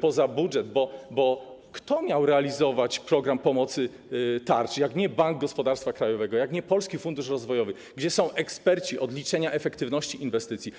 poza budżet, bo kto miał realizować program pomocy tarcz, jak nie Bank Gospodarstwa Krajowego, jak nie Polski Fundusz Rozwoju, gdzie są eksperci od liczenia efektywności inwestycji.